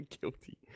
Guilty